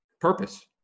Purpose